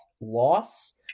loss